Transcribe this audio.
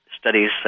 studies